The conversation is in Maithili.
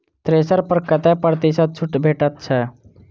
थ्रेसर पर कतै प्रतिशत छूट भेटय छै?